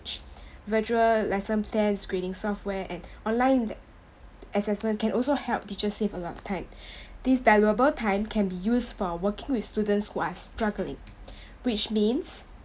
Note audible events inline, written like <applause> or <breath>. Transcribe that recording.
~ged virtual lesson plans screening software and online th~ assessment can also help teachers save a lot of time <breath> this valuable time can be used for working with students who are struggling <breath> which means